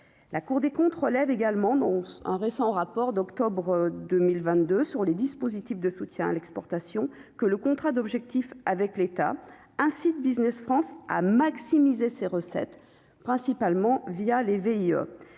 la Cour des comptes relève également nonce un récent rapport d'octobre 2022 sur les dispositifs de soutien à l'exportation que le contrat d'objectifs avec l'État incite Business France à maximiser ses recettes, principalement via les